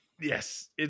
Yes